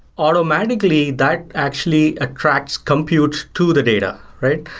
automatically that actually attracts compute to the data, right?